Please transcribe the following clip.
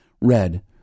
Red